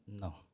No